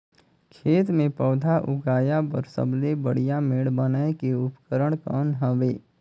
खेत मे पौधा उगाया बर सबले बढ़िया मेड़ बनाय के उपकरण कौन हवे?